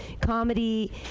comedy